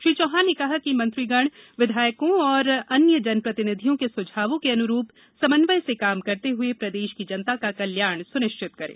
श्री चौहान ने कहा कि मंत्रीगण विधायकों और अन्य जनप्रतिनिधियों के सुझावों के अनुरूप समन्वय से काम करते हुए प्रदेश की जनता का कल्याण सुनिश्चित करें